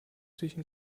zwischen